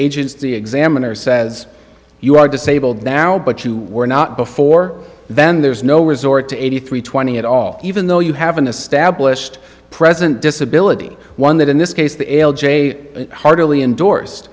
agency examiner says you are disabled now but you were not before then there is no resort to eighty three twenty at all even though you have an established present disability one that in this case the l j heartily indors